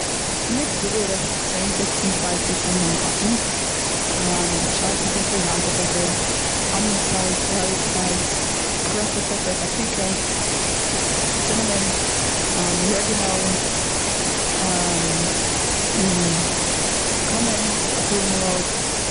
כ'ניץ בערך צען, פיפצן, ספייסעס און מיין קאכן. שווארצע פעפער, ווייסע פעפער, אניון ספייס, גארליק ספייס, קראשד רעד פעפער, פאפריקע, סינומון, ארעגענאו, קומין אפאר מאל אויך.